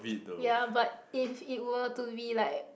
ya but if it were to be like